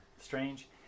strange